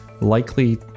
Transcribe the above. likely